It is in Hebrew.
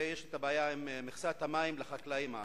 הרי יש הבעיה עם מכסת המים לחקלאים הערבים,